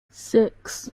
six